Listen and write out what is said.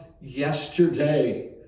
yesterday